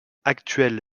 actuel